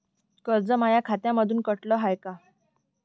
कर्ज माया खात्यामंधून कटलं हाय का?